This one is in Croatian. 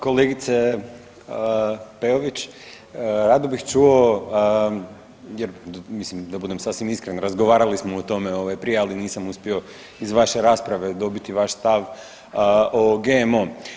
Kolegice Peović, rado bih čuo jer mislim da budem sasvim iskren razgovarali smo o tome prije, ali nisam uspio iz vaše rasprave dobiti vaš stav o GMO.